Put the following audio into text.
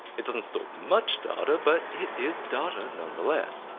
it doesn't store much data, but it is data nonetheless.